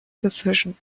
decision